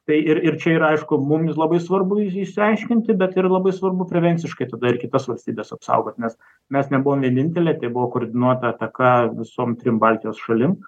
tai ir ir čia yra aišku mums labai svarbu išsiaiškinti bet yra labai svarbu prevenciškai tada ir kitas valstybes apsaugoti nes mes nebuvom vieninteliai tai buvo koordinuota ataka visom trim baltijos šalim